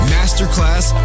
Masterclass